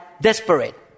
Desperate